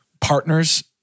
Partners